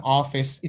office